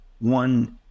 one